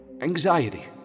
Anxiety